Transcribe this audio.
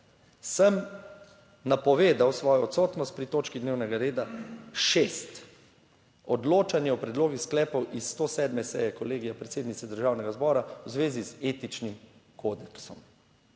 sem napovedal svojo odsotnost pri točki dnevnega reda 6: Odločanje o predlogih sklepov iz 107. seje Kolegija predsednice Državnega zbora v zvezi z etičnim kodeksom.